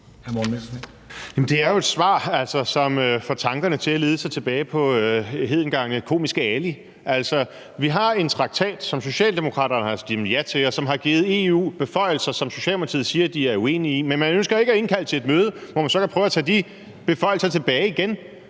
det er jo et svar, som leder tankerne tilbage på hedengangne komiske Ali. Altså, vi har en traktat, som Socialdemokraterne har stemt ja til, og som har givet EU beføjelser, som Socialdemokratiet siger at de er uenige i, men man ønsker ikke at indkalde til et møde, hvor man så kan prøve at tage de beføjelser tilbage igen.